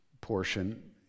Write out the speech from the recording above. portion